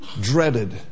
dreaded